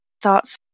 starts